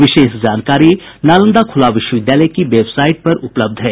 विशेष जानकारी नालंदा खुला विश्वविद्यालय की बेवसाईट पर उपलब्ध है